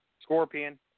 Scorpion